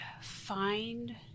find